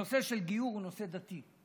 הנושא של גיור הוא נושא דתי,